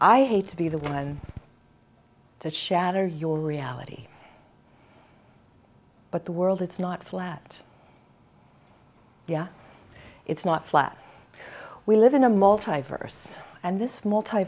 i hate to be the one that shatter your reality but the world it's not flat yeah it's not flat we live in a multi verse and this multi